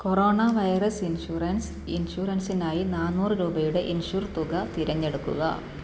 corona virus insurance ഇൻഷുറൻസിനായി നാനൂറു രൂപയുടെ ഇൻഷുർ തുക തിരഞ്ഞെടുക്കുക